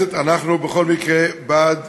בכל מקרה בעד